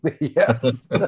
Yes